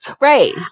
Right